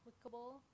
applicable